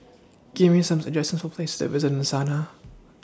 Give Me Some suggestions For Places to visit in Sanaa